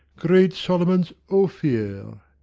great solomon's ophir!